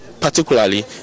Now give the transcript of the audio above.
particularly